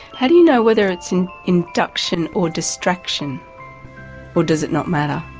how do you know whether it's and induction or distraction or does it not matter?